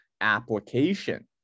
application